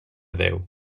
déu